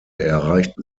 erreichten